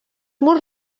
murs